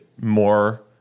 more